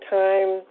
time